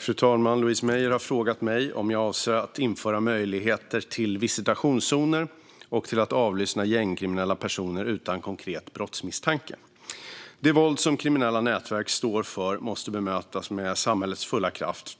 Fru talman! Louise Meijer har frågat mig om jag avser att införa möjligheter till visitationszoner och till att avlyssna gängkriminella personer utan konkret brottsmisstanke. Det våld som kriminella nätverk står för måste bemötas med samhällets fulla kraft.